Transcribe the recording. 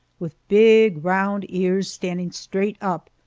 with big round ears standing straight up,